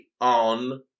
on